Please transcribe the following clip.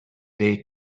day